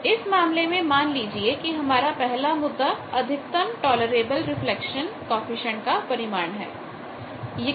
तो इस मामले में मान लीजिए कि हमारापहला मुद्दा अधिकतम टॉलरेबल रिफ्लेक्शन कॉएफिशिएंट का परिमाण है